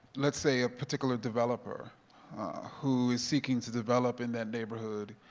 let's say a particular developer who is seeking to develop in that neighborhood,